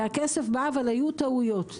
הכסף בא אך היו טעויות.